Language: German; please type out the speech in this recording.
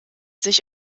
sich